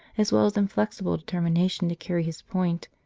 as well as inflexible determination to carry his point,